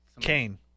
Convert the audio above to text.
Kane